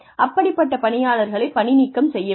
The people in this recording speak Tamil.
அப்படிப்பட்ட பணியாளர்களை பணிநீக்கம் செய்ய வேண்டும்